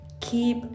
keep